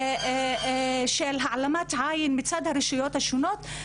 של העלמת עין מצד הרשויות השונות.